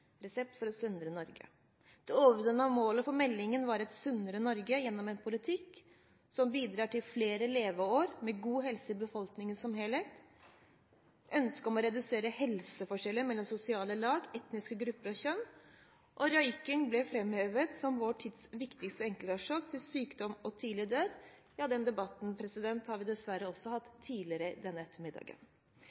Resept for et sunnere Norge. Det overordnede målet for meldingen var et sunnere Norge gjennom en politikk som bidrar til flere leveår med god helse i befolkningen som helhet. Man ønsket å redusere helseforskjeller mellom sosiale lag, etniske grupper og kjønn. Røyking ble framhevet som vår tids viktigste enkeltårsak til sykdom og tidlig død – den debatten har vi dessverre hatt også tidligere denne ettermiddagen.